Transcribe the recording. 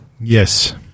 Yes